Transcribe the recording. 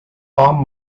tom